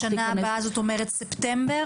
תיכנס --- שנה הבאה זאת אומרת ספטמבר?